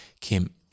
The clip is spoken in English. Kim